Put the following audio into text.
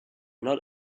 not